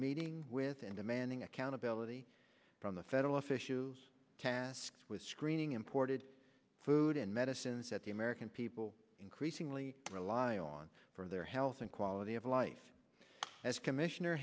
meeting with and demanding accountability from the federal officials casks with screening food and medicines that the american people increasingly rely on for their health and quality of life as commissioner